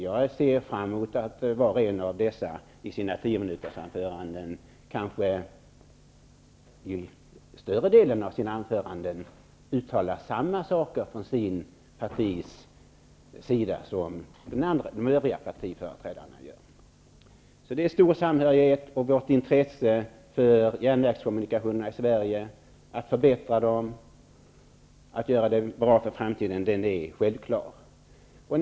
Jag ser även fram emot att var och en av dessa till större delen i sina tiominutersanföranden uttalar samma saker från sina resp. partiers sida som de övriga partiföreträdarna gör. Samhörigheten är alltså stor och intresset för att i framtiden förbättra järnvägskommunikationerna i Sverige är självklart.